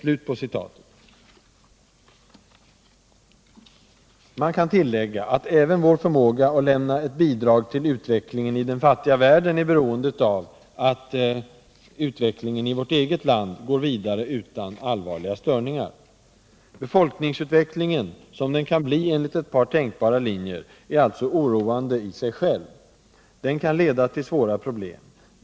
Man kan alltså tillägga att även vår förmåga att lämna ett bidrag till utvecklingen i den fattiga världen är beroende av att utvecklingen i vårt eget land går vidare utan allvarliga störningar. Befolkningsutvecklingen, som den kan bli enligt ett par tänkbara linjer, är alltså oroande i sig själv. Den kan leda till svåra problem.